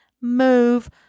move